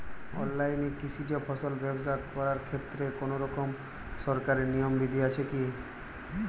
অনলাইনে কৃষিজ ফসল ব্যবসা করার ক্ষেত্রে কোনরকম সরকারি নিয়ম বিধি আছে কি?